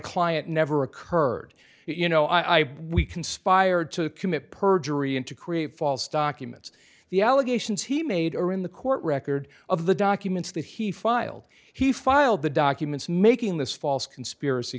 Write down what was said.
client never occurred you know i we conspired to commit perjury and to create false documents the allegations he made are in the court record of the documents that he filed he filed the documents making this false conspiracy